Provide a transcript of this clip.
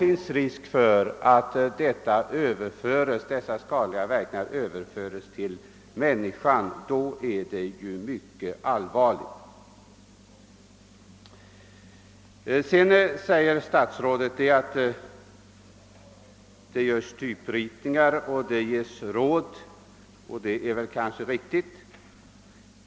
Finns det risk för att djurets sjukdomstillstånd i en eller annan form överförs till människan är det mycket allvarlig. Statsrådet säger att det görs typritningar och ges råd från statliga organ. Det är kanske riktigt.